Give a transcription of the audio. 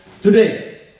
today